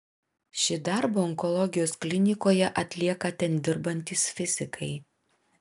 šį darbą onkologijos klinikoje atlieka ten dirbantys fizikai